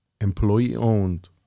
employee-owned